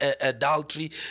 adultery